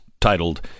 titled